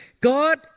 God